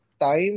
time